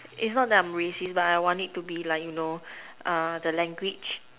it's not that I'm racist but I want it to be like you know uh the language